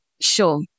Sure